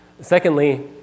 Secondly